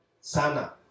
Sana